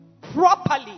properly